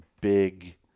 big